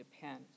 depend